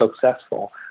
successful